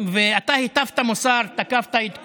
אתה הטפת מוסר, תקפת את כולם,